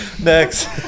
Next